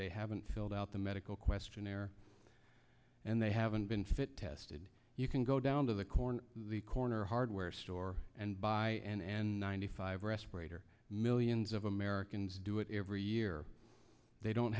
they haven't filled out the medical questionnaire and they haven't been fit tested you can go down to the corner the corner hardware store and buy and ninety five respirator millions of americans do it every year they don't